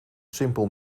simpel